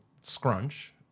Scrunch